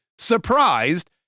surprised